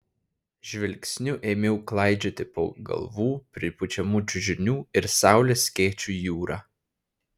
žvilgsniu ėmiau klaidžioti po galvų pripučiamų čiužinių ir saulės skėčių jūrą